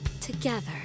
together